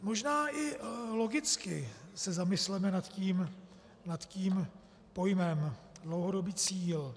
Možná i logicky se zamysleme nad tím pojmem dlouhodobý cíl.